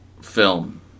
Film